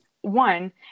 one